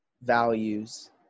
values